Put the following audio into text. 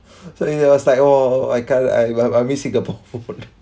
so it was like oh I kind of I I I miss singapore food